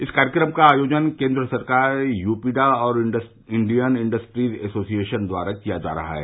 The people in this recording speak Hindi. इस कार्यक्रम का आयोजन केन्द्र सरकार यूपीडा और इंडियन इंडस्ट्रीज एसोशियन द्वारा किया जा रहा है